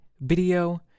video